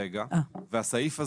כרגע זו התשובה.